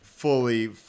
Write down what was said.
Fully